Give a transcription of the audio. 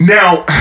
Now